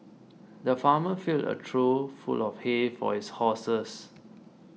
the farmer filled a trough full of hay for his horses